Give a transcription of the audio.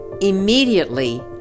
Immediately